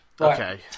Okay